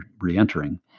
re-entering